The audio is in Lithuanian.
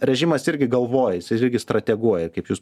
režimas irgi galvoja jisai irgi strateguoja kaip jūs